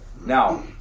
Now